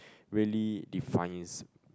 really defines